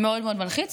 מאוד מאוד מלחיץ.